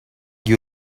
you